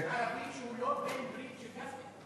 חבר כנסת ערבי שהוא לא בעל ברית של גפני.